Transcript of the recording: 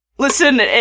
Listen